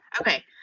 Okay